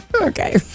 Okay